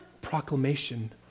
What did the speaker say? Proclamation